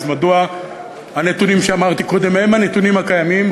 אז מדוע הנתונים שאמרתי קודם הם הנתונים הקיימים: